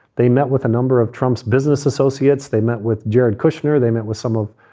they met with a number of trump's business associates. they met with jared kushner. they met with some of,